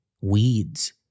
weeds